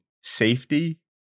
safety